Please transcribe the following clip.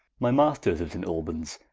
my masters of saint albones,